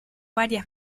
varias